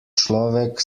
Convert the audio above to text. človek